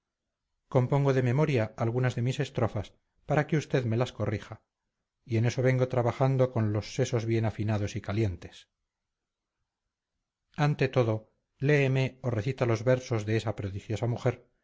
razonar compongo de memoria algunas de mis estrofas para que usted me las corrija y en eso vengo trabajando con los sesos bien afinados y calientes ante todo léeme o recita los versos de esa prodigiosa mujer